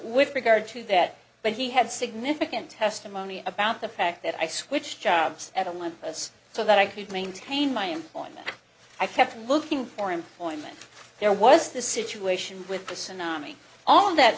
with regard to that but he had significant testimony about the fact that i switched jobs at olympus so that i could maintain my employment i kept looking for employment there was the situation with